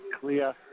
clear